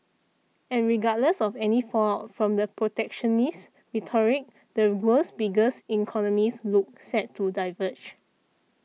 and regardless of any fallout from the protectionist rhetoric the world's biggest economies look set to diverge